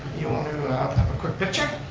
you want to have a quick picture?